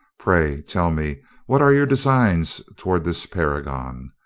pray tell me what are your designs towards this paragon.